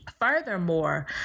furthermore